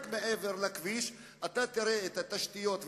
רק מעבר לכביש אתה תראה את התשתיות,